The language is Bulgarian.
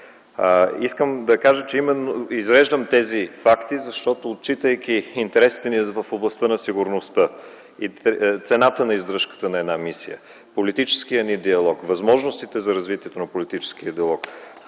Искам да кажа, че извеждам тези факти, защото, отчитайки интересите ни в областта на сигурността, цената на издръжката на една мисия, политическия ни диалог, възможностите за развитие на политическия диалог,